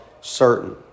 certain